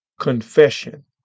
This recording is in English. confession